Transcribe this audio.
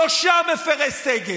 שלושה מפירי סגר.